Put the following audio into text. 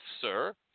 sir